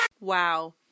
Wow